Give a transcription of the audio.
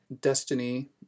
destiny